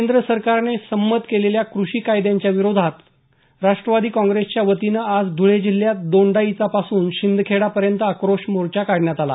केंद्र सरकारने संमत केलेल्या कृषी कायद्यांच्या विरोधात राष्ट्रवादी काँप्रेसच्या वतीने आज धुळे जिल्ह्यात दोंडाईचा पासून ते शिंदखेडा पर्यंत आक्रोश मोर्चा काढण्यात आला